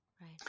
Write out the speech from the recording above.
Right